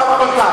רבותי,